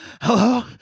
Hello